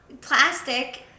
plastic